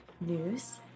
news